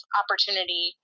opportunity